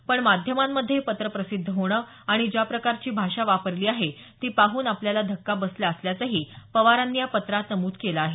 पण माध्यमांमध्ये हे पत्र प्रसिद्ध होणं आणि ज्या प्रकारची भाषा वापरली आहे ती पाहून आपल्याला धक्का बसला असल्याचंही पवार यांनी पत्रात नमूद केलं आहे